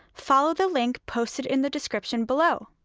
follow the link posted in the description, below!